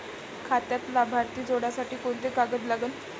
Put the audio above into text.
खात्यात लाभार्थी जोडासाठी कोंते कागद लागन?